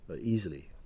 Easily